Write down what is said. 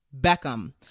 Beckham